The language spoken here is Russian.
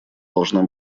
должна